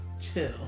chill